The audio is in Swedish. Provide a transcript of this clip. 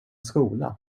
skola